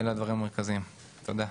אלה הדברים המרכזיים, תודה.